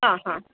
हां हां